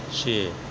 ਛੇ